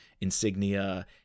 insignia